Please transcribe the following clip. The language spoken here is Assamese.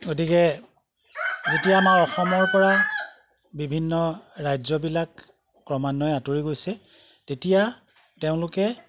গতিকে যেতিয়া আমাৰ অসমৰ পৰা বিভিন্ন ৰাজ্যবিলাক ক্ৰমান্বয়ে আঁতৰি গৈছে তেতিয়া তেওঁলোকে